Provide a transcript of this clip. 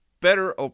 better